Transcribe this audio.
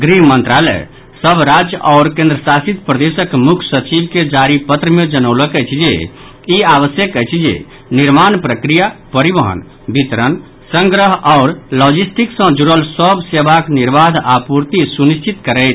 गृह मंत्रालय सभ राज्य आओर केन्द्रशासित प्रदेशक मुख्य सचिव के जारी पत्र मे जनौलक अछि जे ई आवश्यक अछि जे निर्माण प्रक्रिया परिवहन वितरण संग्रह आओर लॉजिस्टिक्स सॅ जुड़ल सभ सेवाक निर्बाध आपूर्ति सुनिश्चित करैथ